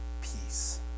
peace